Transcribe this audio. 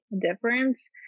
difference